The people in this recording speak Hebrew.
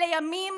אלה ימים